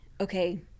okay